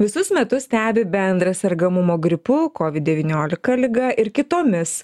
visus metus stebi bendrą sergamumo gripu kovid devyniolika liga ir kitomis